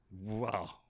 Wow